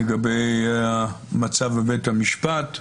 כפי שדיברנו עליו, לגבי המצב בבית המשפט,